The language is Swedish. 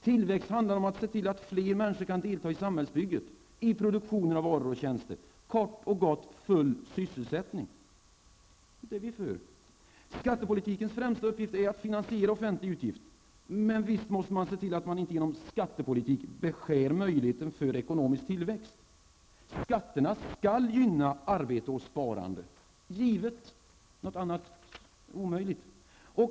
Tillväxt handlar om att se till att fler människor kan delta i samhällsbygget, i produktionen av varor och tjänster -- kort och gott full sysselsättning. Det är vi för. Skattepolitikens främsta uppgift är att finansiera offentliga utgifter, men visst måste man se till att man inte genom skattepolitiken beskär möjligheterna för ekonomisk tillväxt. Skatterna skall gynna arbete och sparande. Det är givet -- något annat är omöjligt.